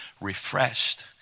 refreshed